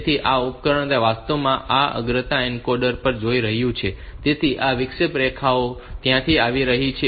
તેથી આ ઉપકરણ આ વાસ્તવમાં આ અગ્રતા એન્કોડર પર જઈ રહ્યું છે તેથી આ વિક્ષેપ રેખાઓ ત્યાંથી આવી રહી છે